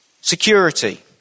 security